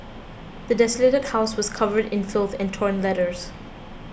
the desolated house was covered in filth and torn letters